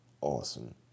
awesome